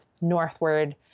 northward